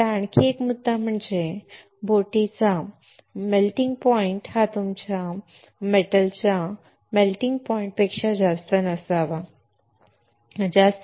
आता आणखी एक मुद्दा म्हणजे बोटीचा मेल्टिंग पॉइंट हा तुमच्या धातूच्या मेल्टिंग पॉइंट पेक्षा जास्त असावा बरोबर